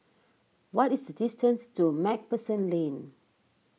what is the distance to MacPherson Lane